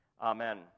Amen